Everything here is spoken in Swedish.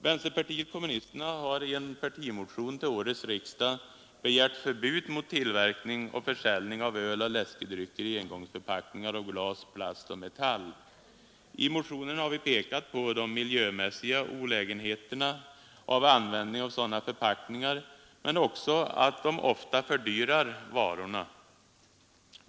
Vänsterpartiet kommunisterna har i en partimotion till årets riksdag begärt förbud mot tillverkning och försäljning av öl och läskedrycker i engångsförpackningar av glas, plast och metall. I motionen har vi pekat på de miljömässiga olägenheterna av användning av sådana förpackningar men också på att de ofta fördyrar varorna.